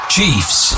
Chiefs